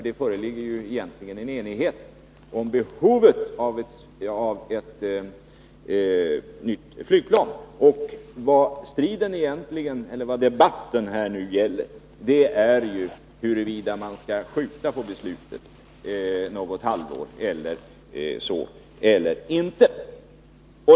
Det föreligger ju egentligen enighet om behovet av ett nytt flygplan, och vad debatten gäller är huruvida man skall skjuta på beslutet något halvår eller inte.